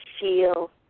feel